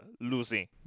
losing